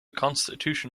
constitution